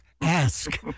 Ask